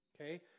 okay